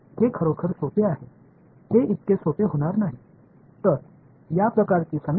எனவே இந்த வகையான சமன்பாட்டின் முறைக்கு நாங்கள் எவ்வாறு வந்தோம் என்ற விளக்கத்தை நிறைவு செய்கிறது